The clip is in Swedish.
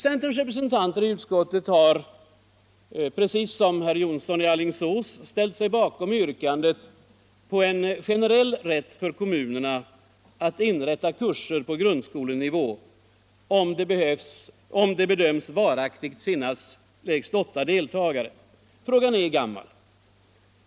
Centerns representanter i utskottet har liksom herr Jonsson i Alingsås ställt sig bakom yrkandet på en generell rätt för kommunerna att inrätta kurser på grundskolenivå, om det bedöms varaktigt finnas lägst åtta deltagare. Frågan är gammal.